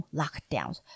lockdowns